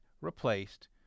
replaced